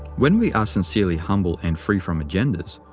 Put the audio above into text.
when we are sincerely humble and free from agendas,